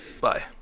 bye